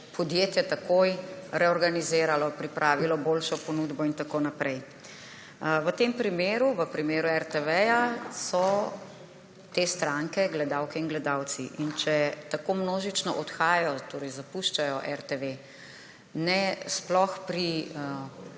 podjetje takoj reorganiziralo, pripravilo boljšo ponudbo in tako naprej. V tem primeru, v primeru RTV, so te stranke gledalce in gledalci. In če tako množično odhajajo, torej zapuščajo RTV, sploh pri